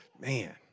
Man